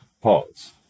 pause